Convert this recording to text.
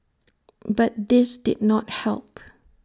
but this did not help